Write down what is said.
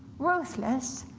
ruthless,